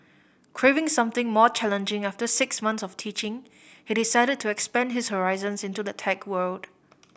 craving something more challenging after six months of teaching he decided to expand his horizons into the tech world